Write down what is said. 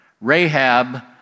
Rahab